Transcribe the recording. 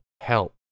help